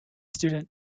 student